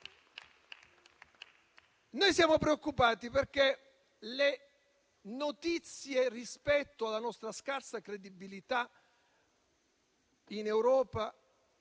Siamo preoccupati perché le notizie rispetto alla nostra scarsa credibilità in Europa